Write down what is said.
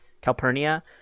Calpurnia